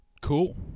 Cool